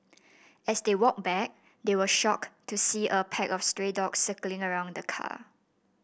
as they walked back they were shocked to see a pack of stray dogs circling around the car